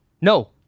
no